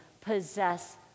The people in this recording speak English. Possess